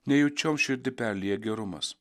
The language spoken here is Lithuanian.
nejučiom širdį perlieja gerumas